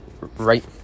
Right